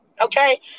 Okay